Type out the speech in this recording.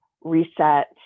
reset